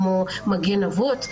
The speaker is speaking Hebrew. כמו מגן אבות.